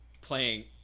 playing